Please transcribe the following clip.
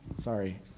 Sorry